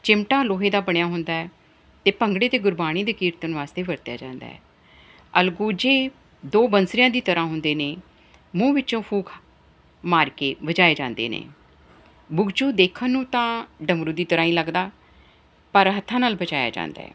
ਚਿਮਟਾ ਲੋਹੇ ਦਾ ਬਣਿਆ ਹੁੰਦਾ ਅਤੇ ਭੰਗੜੇ ਅਤੇ ਗੁਰਬਾਣੀ ਦੇ ਕੀਰਤਨ ਵਾਸਤੇ ਵਰਤਿਆ ਜਾਂਦਾ ਹੈ ਅਲਗੋਜ਼ੇ ਦੋ ਬੰਸਰੀਆਂ ਦੀ ਤਰ੍ਹਾਂ ਹੁੰਦੇ ਨੇ ਮੂੰਹ ਵਿੱਚੋਂ ਫੂਕ ਮਾਰ ਕੇ ਵਜਾਏ ਜਾਂਦੇ ਨੇ ਬੁਘਚੂ ਦੇਖਣ ਨੂੰ ਤਾਂ ਡਮਰੂ ਦੀ ਤਰ੍ਹਾਂ ਹੀ ਲੱਗਦਾ ਪਰ ਹੱਥਾਂ ਨਾਲ ਵਜਾਇਆ ਜਾਂਦਾ